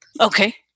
Okay